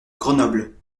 grenoble